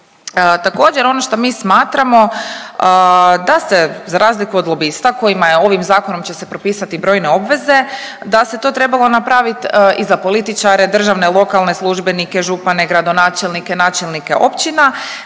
Također, ono što mi smatramo da se za razliku od lobista kojima je ovim zakonom će se propisati brojne obveze, da se to trebalo napravit i za političare, državne, lokalne službenike, župane, gradonačelnike, načelnike općina,